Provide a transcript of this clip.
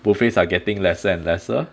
buffets are getting lesser and lesser